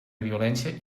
violència